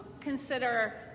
consider